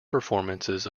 performances